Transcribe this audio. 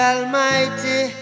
Almighty